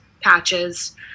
patches